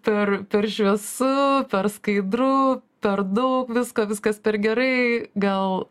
per per šviesu per skaidru per daug viską viskas per gerai gal